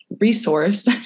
resource